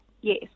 yes